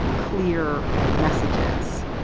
clear messages